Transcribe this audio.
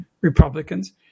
Republicans